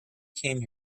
came